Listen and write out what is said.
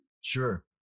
Sure